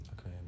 Okay